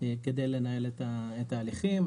כדי לנהל את ההליכים.